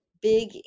big